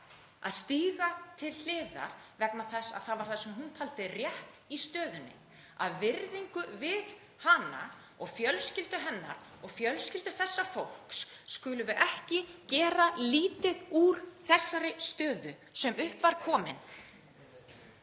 að stíga til hliðar vegna þess að það var það sem hún taldi rétt í stöðunni. Af virðingu við hana og fjölskyldu hennar og fjölskyldur þessa fólks skulum við ekki gera lítið úr þessari stöðu sem upp var komin.